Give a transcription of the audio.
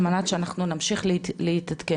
על מנת שאנחנו נמשיך להתעדכן.